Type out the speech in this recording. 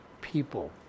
people